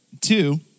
Two